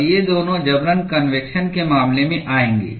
और ये दोनों जबरन कन्वेक्शन के मामले में आएंगे